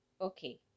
Okay